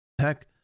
Heck